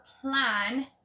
plan